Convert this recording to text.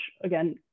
again